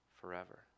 forever